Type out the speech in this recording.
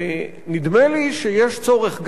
נדמה לי שיש צורך,